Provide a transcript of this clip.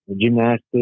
Gymnastics